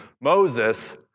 Moses